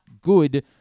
good